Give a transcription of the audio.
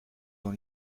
dans